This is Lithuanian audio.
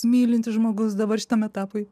mylintis žmogus dabar šitam etapui